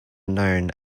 known